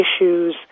issues